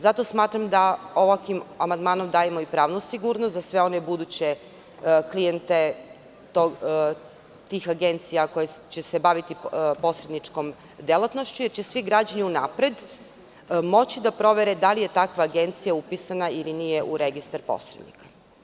Zato smatram da ovakvim amandmanom dajemo i pravnu sigurnost za sve one buduće klijente tih agencija koje će se baviti posredničkom delatnošću, jer će svi građani unapred moći da provere da li je takva agencija upisana ili nije u registar posrednika.